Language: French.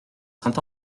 saint